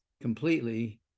completely